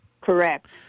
Correct